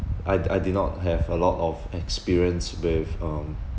I I did not have a lot of experience with um